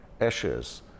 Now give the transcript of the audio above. ashes